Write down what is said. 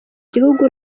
gihugu